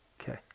Okay